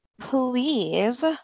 please